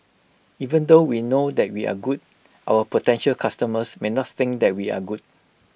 even though we know that we are good our potential customers may not think that we are good